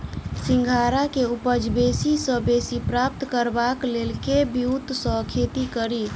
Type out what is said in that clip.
सिंघाड़ा केँ उपज बेसी सऽ बेसी प्राप्त करबाक लेल केँ ब्योंत सऽ खेती कड़ी?